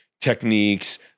techniques